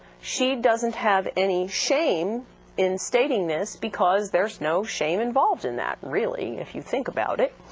she doesn't have any shame in stating this, because there's no shame involved in that, really, if you think about it.